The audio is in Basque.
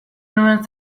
nuen